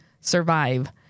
survive